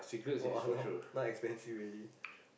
!wah! now now expensive already